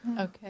Okay